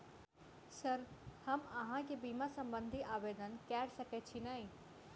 Sir हम अहाँ केँ बीमा संबधी आवेदन कैर सकै छी नै?